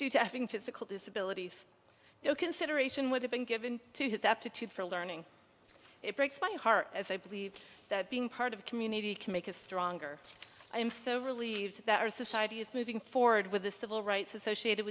having physical disabilities no consideration would have been given to his aptitude for learning it breaks my heart as i believe that being part of community can make us stronger i am so relieved that our society is moving forward with the civil rights associated